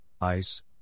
ice